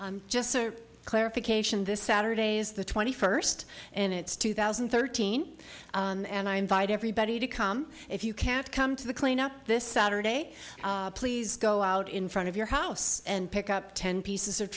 thank just a clarification this saturday is the twenty first and it's two thousand and thirteen and i invite everybody to come if you can't come to the cleanup this saturday please go out in front of your house and pick up ten pieces of